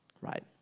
right